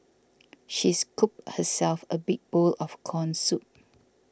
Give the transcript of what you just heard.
she scooped herself a big bowl of Corn Soup